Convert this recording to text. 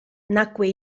nacque